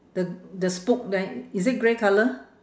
the the spoke there is it grey colour